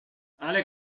alle